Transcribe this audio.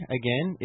again